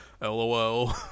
lol